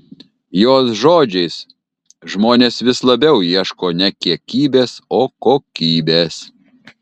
jos žodžiais žmonės vis labiau ieško ne kiekybės o kokybės